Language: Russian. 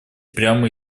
прямо